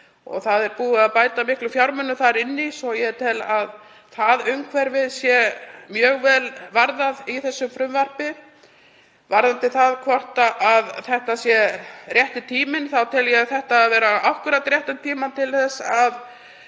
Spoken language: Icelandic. og búið að bæta miklum fjármunum þar inn í svo ég tel að það umhverfi sé mjög vel varðað í þessu frumvarpi. Varðandi það hvort þetta sé rétti tíminn þá tel ég þetta vera akkúrat rétta tímann til að